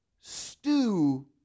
stew